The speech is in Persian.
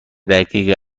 دقیقه